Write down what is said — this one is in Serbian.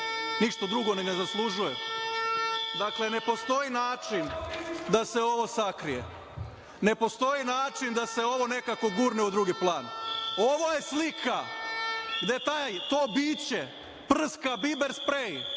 ništa drugo ni ne zaslužuje. Ne postoji način da se ovo sakrije, ne postoji način da se ovo nekako gurne u drugi plan. Ovo je slika gde to biće prska biber sprej